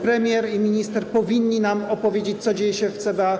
Premier i minister powinni nam opowiedzieć, co dzieje się w CBA.